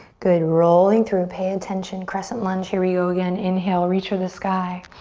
good, rolling through pay attention, crescent lunge, here we go again. inhale, reach for the sky.